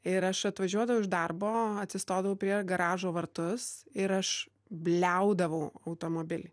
ir aš atvažiuodavau iš darbo atsistodavau prie garažo vartus ir aš bliaudavau automobily